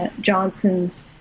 johnson's